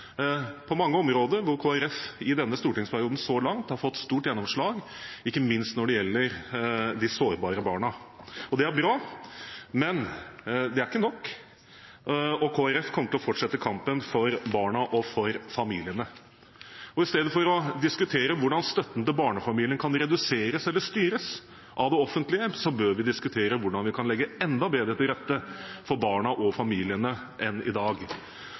på mange områder hvor Kristelig Folkeparti i denne stortingsperioden så langt har fått stort gjennomslag, ikke minst når det gjelder de sårbare barna. Det er bra, men det er ikke nok. Kristelig Folkeparti kommer til å fortsette kampen for barna og for familiene, og istedenfor å diskutere hvordan støtten til barnefamiliene kan reduseres eller styres av det offentlige, bør vi diskutere hvordan vi kan legge enda bedre til rette for barna og familiene enn i dag.